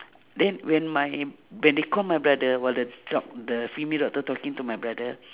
then when my when they call my brother while the doc~ the female doctor talking to my brother